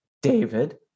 David